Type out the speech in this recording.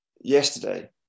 yesterday